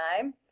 time